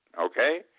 Okay